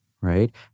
right